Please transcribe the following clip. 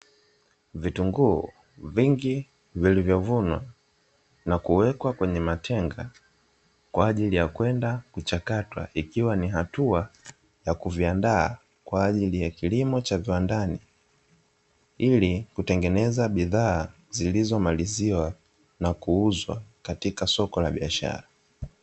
Vitunguu vingi vilivyovunwa na kuwekwa kwenye matenga kwa ajili ya kwenda kuchakatwa, ikiwa ni hatua ya kuviandaa kwa ajili ya kilimo cha viwandani, ili kutengeneza bidhaa zilizomaliziwa na kuuzwa katika soko la biashara.